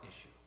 issue